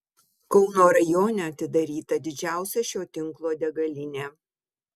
kauno rajone atidaryta didžiausia šio tinklo degalinė